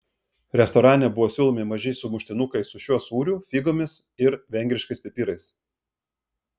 restorane buvo siūlomi maži sumuštinukai su šiuo sūriu figomis ir vengriškais pipirais